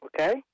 Okay